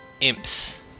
imps